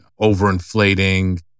overinflating